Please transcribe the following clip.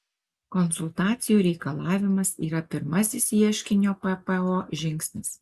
konsultacijų reikalavimas yra pirmasis ieškinio ppo žingsnis